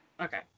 okay